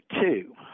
two